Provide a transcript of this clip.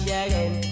again